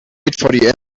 the